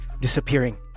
disappearing